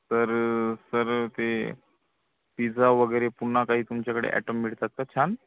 तर सर ते पिझ्झा वगैरे पुन्हा काही तुमच्याकडे ॲटम मिळतात का छान